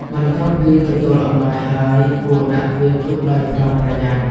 បន្ទាប់ពីទទួលអំណោយហើយ គួរដាក់វាទុកដោយប្រុងប្រយ័ត្ន។